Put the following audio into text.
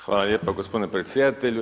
Hvala lijepa gospodine predsjedatelju.